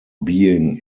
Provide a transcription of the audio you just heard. being